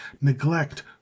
neglect